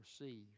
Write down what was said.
receive